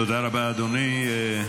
תודה רבה, אדוני.